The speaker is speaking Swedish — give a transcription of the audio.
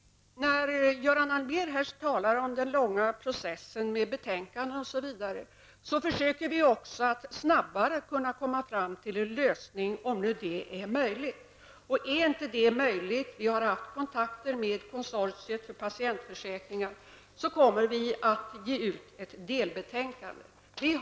Göran Allmér talar här om den långa processen med betänkanden osv. Vi försöker också att snabbare komma fram till en lösning, om det nu är möjligt. Är det inte möjligt -- vi har haft kontakter med konsortiet för patientförsäkringar -- kommer vi att ge ut ett delbetänkande.